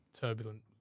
turbulent